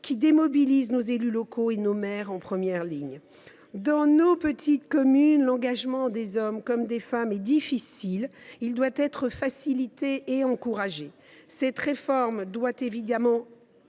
qui démobilise nos élus locaux et nos maires, qui sont en première ligne. Dans nos petites communes, l’engagement des hommes comme des femmes est difficile ; il doit être facilité et encouragé. Cette réforme doit évidemment